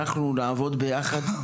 אנחנו נעבוד ביחד,